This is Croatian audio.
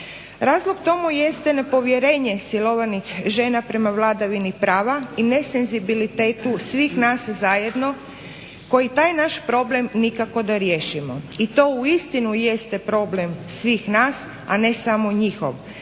Razlog tomu jeste nepovjerenje silovanih žena prema vladavini prava i nesenzibilitetu svih nas zajedno koji taj naš problem nikako da riješimo. I to uistinu jeste problem svih nas a ne samo njihov.